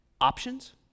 options